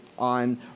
On